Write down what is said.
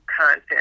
content